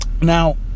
Now